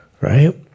right